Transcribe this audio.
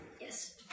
Yes